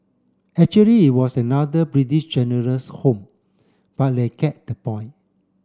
actually it was another British General's home but you get the point